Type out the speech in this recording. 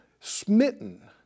smitten